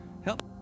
help